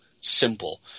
simple